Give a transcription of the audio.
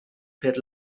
per